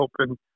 open